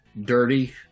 dirty